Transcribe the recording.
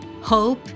Hope